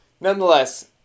nonetheless